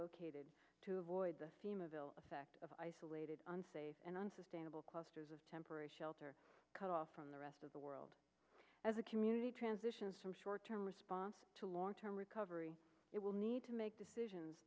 located to avoid the theme of ill effects of isolated unsafe and unsustainable clusters of temporary shelter cut off from the rest of the world as a community transitions from short term response to long term recovery it will need to make decisions